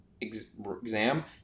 exam